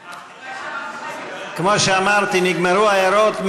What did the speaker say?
כמו שאמרתי, נגמרו ההערות.